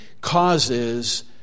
causes